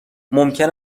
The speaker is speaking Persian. ممکن